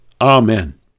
Amen